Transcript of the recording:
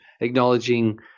acknowledging